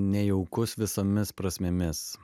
nejaukus visomis prasmėmis